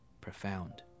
Profound